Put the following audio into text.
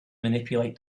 manipulate